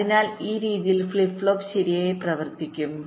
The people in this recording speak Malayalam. അതിനാൽ ഈ രീതിയിൽ ഫ്ലിപ്പ് ഫ്ലോപ്പ് ശരിയായി പ്രവർത്തിക്കും